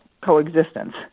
coexistence